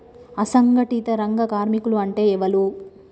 అసంఘటిత రంగ కార్మికులు అంటే ఎవలూ?